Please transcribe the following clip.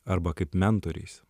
arba kaip mentoriais